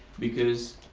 because